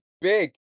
big